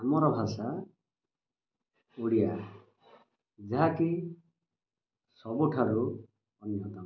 ଆମର ଭାଷା ଓଡ଼ିଆ ଯାହାକି ସବୁଠାରୁ ଅନ୍ୟତମ